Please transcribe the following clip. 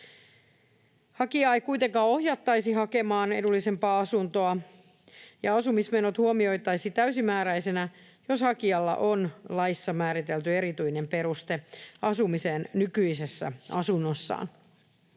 Hakijaa ei kuitenkaan ohjattaisi hakemaan edullisempaa asuntoa ja asumismenot huomioitaisiin täysimääräisenä, jos hakijalla on laissa määritelty erityinen peruste asumiseen nykyisessä asunnossaan.